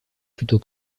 plutôt